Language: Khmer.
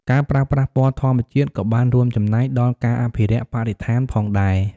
ការប្រើប្រាស់ពណ៌ធម្មជាតិក៏បានរួមចំណែកដល់ការអភិរក្សបរិស្ថានផងដែរ។